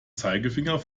zeigefinger